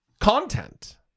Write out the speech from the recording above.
content